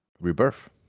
Rebirth